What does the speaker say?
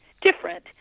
different